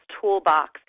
Toolbox